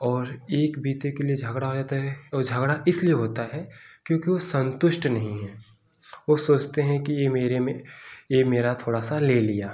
और एक बित्ते के लिए झगड़ा हो जाता है और झगड़ा इस लिए होता है क्योंकि वो संतुष्ट नहीं है वो सोचते हैं कि ये मेरे में ये मेरा थोड़ा सा ले लिया